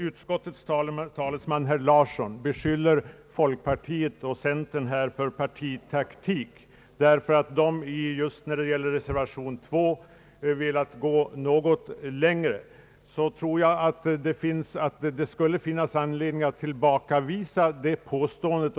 Utskottets talesman herr Larsson beskyller folkpartiet och centern för partitaktik, därför att dessa partier i reservation 2 har velat gå längre än utskottet. Jag tror emellertid att det finns anledning att tillbakavisa det påståendet.